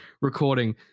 recording